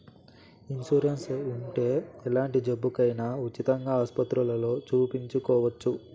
insurance ఉంటే ఎలాంటి జబ్బుకైనా ఉచితంగా ఆస్పత్రుల్లో సూపించుకోవచ్చు